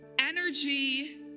energy